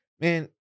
Man